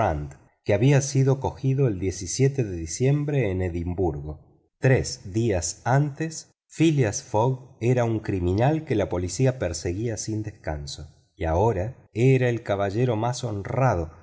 que había sido detenido el de diciembre en edimburgo tres días antes phileas fogg era un criminal que la policía perseguía sin descanso y ahora era el caballero más honrado